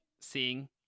seeing